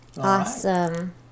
awesome